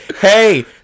hey